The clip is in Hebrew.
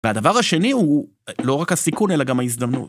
‫והדבר השני הוא לא רק הסיכון, ‫אלא גם ההזדמנות.